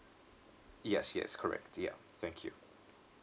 yes yes correct yup thank you